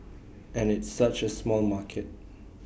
and it's such A small market